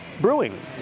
brewing